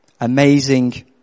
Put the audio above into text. Amazing